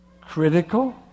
critical